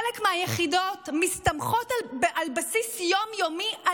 חלק מהיחידות מסתמכות על תרומות על בסיס יום-יומי.